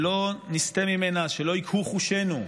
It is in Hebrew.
שלא יקהו חושינו: